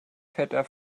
vetter